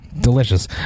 Delicious